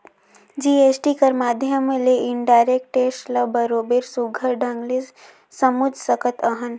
GST कर माध्यम ले इनडायरेक्ट टेक्स ल बरोबेर सुग्घर ढंग ले समुझ सकत अहन